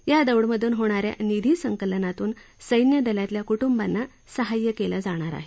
या दौडमधून होणा या निधी संकलनातून सैन्यदलातल्या क्टुंबांना सहाय्य केलं जाणार आहे